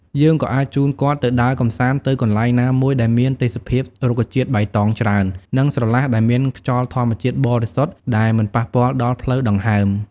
យើងក៏អាចជូនគាត់ទៅដើរកម្សាន្តទៅកន្លែណាមួយដែលមានទេសភាពរុក្ខជាតិបៃតងច្រើន និងស្រឡះដែលមានខ្យល់ធម្មជាតិបរិសុទ្ធដែលមិនប៉ះពាល់ដល់ផ្លូវដង្ហើម។